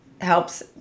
helps